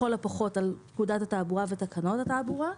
לכל הפחות על פקודת התעבורה ותקנות התעבורה.